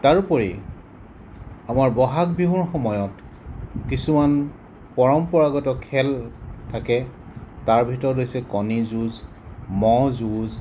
তাৰোপৰি আমাৰ বহাগ বিহুৰ সময়ত কিছুমান পৰম্পৰাগত খেল থাকে তাৰ ভিতৰত হৈছে কণীযুঁজ ম'হযুঁজ